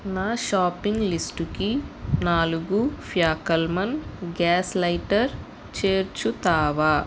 నా షాపింగ్ లిస్టుకి నాలుగు ఫ్యాకల్మాన్ గ్యాస్ లైటర్ చేర్చుతావా